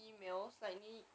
mm